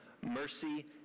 mercy